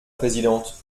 présidente